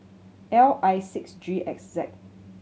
L I six G X Z